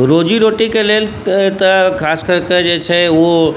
रोजी रोटीके लेल खास करिके तऽ जे छै ओ